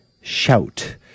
Shout